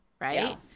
Right